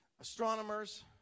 astronomers